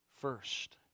first